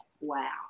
Wow